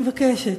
אני מבקשת.